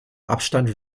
abstand